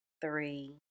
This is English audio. three